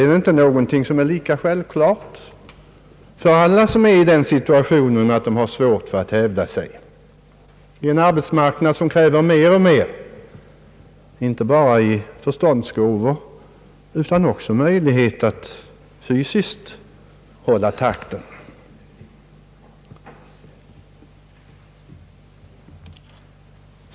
Är det inte lika självklart att ordna skyddade arbetsplatser för alla som har svårt att hävda sig i en arbetsmarknad, vilken kräver mer och mer inte bara av förståndsgåvor utan också av möjligheter att fysiskt hålla takten?